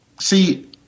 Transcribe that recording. See